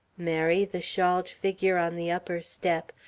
mary, the shawled figure on the upper step,